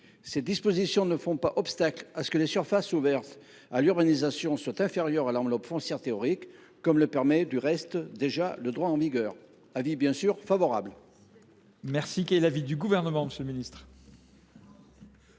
Ces dispositions ne font pas obstacle à ce que les surfaces ouvertes à l’urbanisation soient inférieures à l’enveloppe foncière théorique, comme le permet, du reste, le droit en vigueur. Quel est l’avis